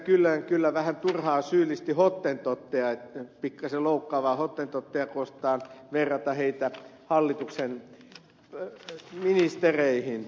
kyllönen kyllä vähän turhaan syyllisti hottentotteja että pikkasen loukkaavaa hottentotteja kohtaan on verrata heitä hallituksen ministereihin